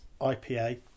IPA